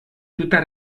tuta